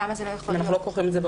למה זה לא יכול להיות?